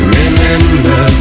Remember